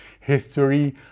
history